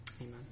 amen